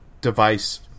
device